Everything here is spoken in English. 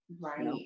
Right